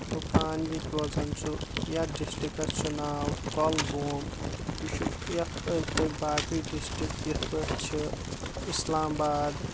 بہٕ پانہٕ یتھ روزان چھُ یتھ ڈِسٹکٹس چھُ ناو کۄلگوم یہِ چھُ یتھ اند پکۍ باقٕے ڈِسٹِک یتھ پاٹھۍ چھ اسلاآمباد